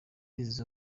izo